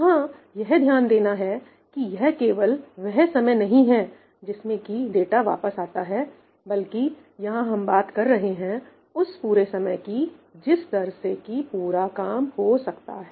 यहां यह ध्यान देना है कि यह केवल वह समय नहीं है जिसमें की डाटा वापस आता है बल्कि यहां हम बात कर रहे हैं उस पूरे समय कि जिस दर से कि पूरा काम हो सकता है